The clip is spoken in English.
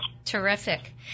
Terrific